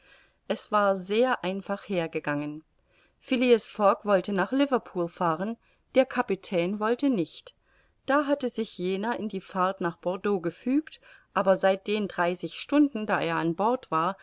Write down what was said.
es war sehr einfach hergegangen phileas fogg wollte nach liverpool fahren der kapitän wollte nicht da hatte sich jener in die fahrt nach bordeaux gefügt aber seit den dreißig stunden da er an bord war